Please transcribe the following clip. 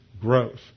growth